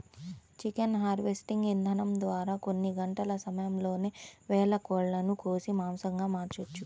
chicken harvesting ఇదానం ద్వారా కొన్ని గంటల సమయంలోనే వేల కోళ్ళను కోసి మాంసంగా మార్చొచ్చు